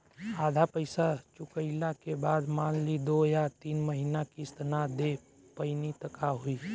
आधा पईसा चुकइला के बाद मान ली दो या तीन महिना किश्त ना दे पैनी त का होई?